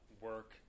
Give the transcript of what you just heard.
work